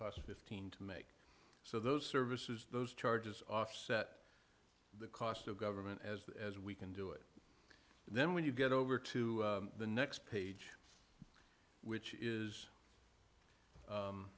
costs fifteen to make so those services those charges offset the cost of government as we can do it then when you get over to the next page which is